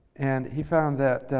and he found that